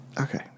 Okay